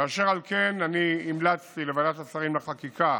אשר על כן, המלצתי לוועדת השרים לחקיקה